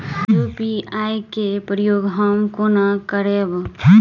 UPI केँ प्रयोग हम कोना करबे?